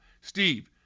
Steve